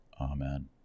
Amen